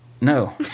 No